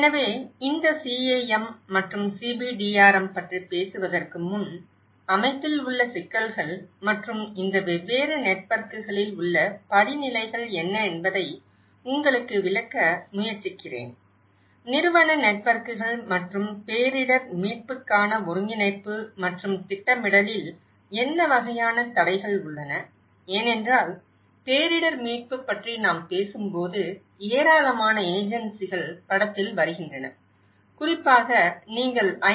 எனவே இந்த CAM மற்றும் CBDRM பற்றி பேசுவதற்கு முன் அமைப்பில் உள்ள சிக்கல்கள் மற்றும் இந்த வெவ்வேறு நெட்வொர்க்குகளில் உள்ள படிநிலைகள் என்ன என்பதை உங்களுக்கு விளக்க முயற்சிக்கிறேன் நிறுவன நெட்வொர்க்குகள் மற்றும் பேரிடர் மீட்புக்கான ஒருங்கிணைப்பு மற்றும் திட்டமிடலில் என்ன வகையான தடைகள் உள்ளன ஏனென்றால் பேரிடர் மீட்பு பற்றி நாம் பேசும்போது ஏராளமான முகமைகள் படத்தில் வருகின்றன குறிப்பாக நீங்கள் ஐ